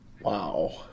Wow